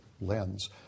lens